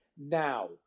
Now